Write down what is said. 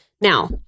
Now